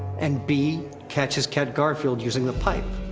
and b catch his cat, garfield, using the pipe.